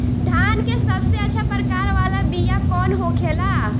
धान के सबसे अच्छा प्रकार वाला बीया कौन होखेला?